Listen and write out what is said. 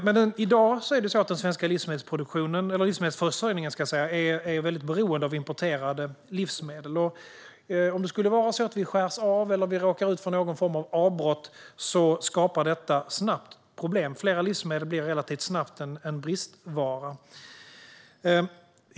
Den svenska livsmedelsförsörjningen är i dag väldigt beroende av importerade livsmedel. Om vi skulle skäras av eller råka ut för någon form av avbrott blir flera livsmedel relativt snabbt en bristvara.